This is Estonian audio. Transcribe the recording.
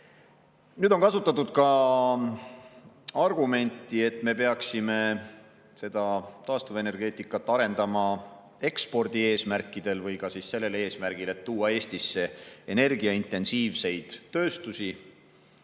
suur. On kasutatud ka argumenti, et me peaksime taastuvenergeetikat arendama ekspordi eesmärkidel või ka sel eesmärgil, et tuua Eestisse energiaintensiivseid tööstusi.